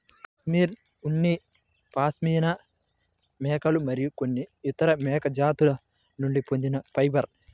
cashmere ఉన్ని పాష్మినా మేకలు మరియు కొన్ని ఇతర మేక జాతుల నుండి పొందిన ఫైబర్